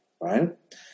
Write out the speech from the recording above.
right